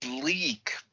bleak